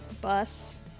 bus